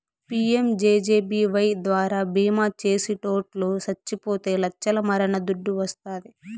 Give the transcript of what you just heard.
PMJJBY ద్వారా బీమా చేసిటోట్లు సచ్చిపోతే లచ్చల మరణ దుడ్డు వస్తాది